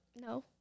No